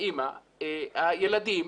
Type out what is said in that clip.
האימא, הילדים.